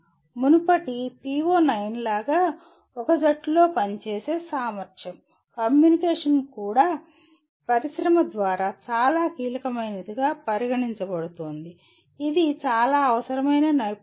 మునుపటి PO9 లాగా ఒక జట్టులో పని చేసే సామర్థ్యం కమ్యూనికేషన్ కూడా పరిశ్రమ ద్వారా చాలా కీలకమైనదిగా పరిగణించబడుతుంది ఇది చాలా అవసరమైన నైపుణ్యం